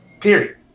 Period